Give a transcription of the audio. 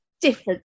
Different